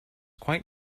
quite